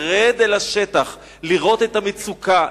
שתרד לשטח לראות את המצוקה,